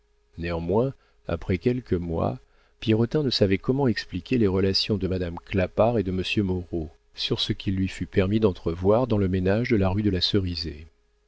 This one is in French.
néanmoins après quelques mois pierrotin ne savait comment expliquer les relations de madame clapart et de monsieur moreau sur ce qu'il lui fut permis d'entrevoir dans le ménage de la rue de la